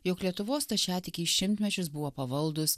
jog lietuvos stačiatikiai šimtmečius buvo pavaldūs